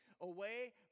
away